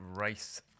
race